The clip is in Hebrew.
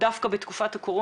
כלומר הוא לא מממן הבטחת הכנסה,